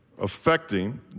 affecting